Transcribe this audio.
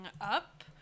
up